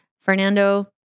Fernando